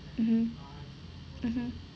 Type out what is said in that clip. mmhmm mmhmm